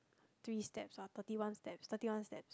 three steps or thirty one steps thirty one steps